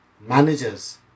managers